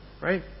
Right